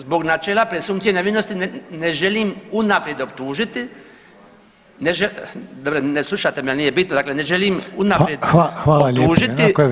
Zbog načela presumpcije nevinosti ne želim unaprijed optužiti, dobro ne slušate me, al nije bitno, dakle ne želim unaprijed optužiti…